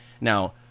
Now